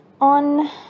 on